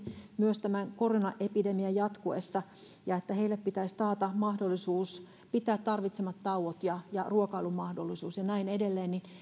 myös tämän koronaepidemian jatkuessa että heille pitäisi taata mahdollisuus pitää tarvitsemansa tauot ja ja ruokailumahdollisuus ja näin edelleen